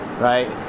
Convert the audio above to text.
Right